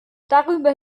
darüber